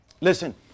Listen